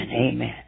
amen